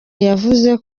yavuze